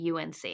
UNC